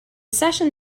session